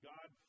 God